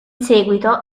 seguito